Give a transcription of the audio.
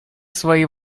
свои